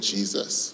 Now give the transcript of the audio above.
Jesus